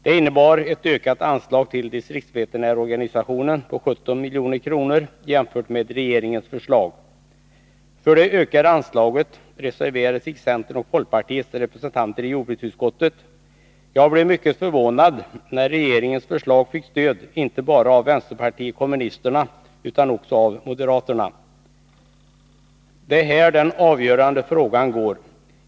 Det innebar ett ökat anslag till distriktsveterinärorganisationen på 17 milj.kr. jämfört med regeringens förslag. För det ökade anslaget reserverade sig centerns och folkpartiets representanter i jordbruksutskottet. Jag blev mycket förvånad när regeringens förslag fick stöd, inte bara av vänsterpartiet kommunisterna, utan också av moderaterna. Det är här den avgörande skiljelinjen går.